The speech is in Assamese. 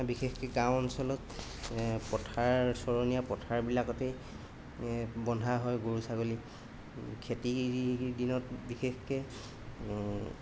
বিশেষকৈ গাঁও অঞ্চলত পথাৰ চৰণীয়া পথাৰবিলাকতে বন্ধা হয় গৰু ছাগলী খেতিৰ দিনত বিশেষকৈ